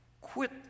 Quit